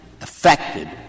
affected